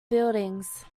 buildings